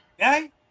Okay